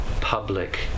public